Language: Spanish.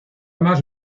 más